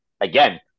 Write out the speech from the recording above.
again